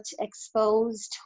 exposed